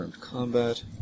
combat